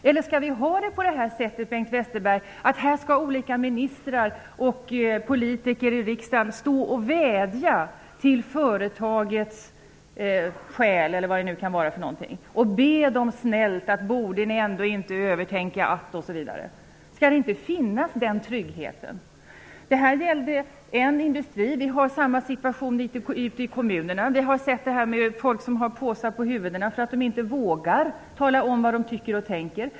Eller skall vi ha det som nu, Bengt Westerberg, att ministrar och riksdagspolitiker skall vädja till företaget och snällt be dess chefer att tänka över beslutet en gång till? Skall inte en sådan trygghet finnas för de anställda? Det här fallet gällde en industri. Vi har samma situation ute i kommunerna. Vi har alla sett bilder av folk som har påsar på huvudena därför att de inte vågar tala om vad de tycker och tänker.